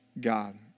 God